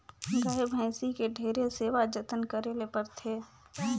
गाय, भइसी के ढेरे सेवा जतन करे ले परथे